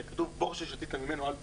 כתוב 'בור ששתית ממנו אל תירק'.